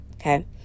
Okay